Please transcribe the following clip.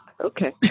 okay